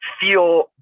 feel